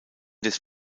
des